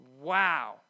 Wow